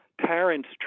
parents